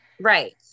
Right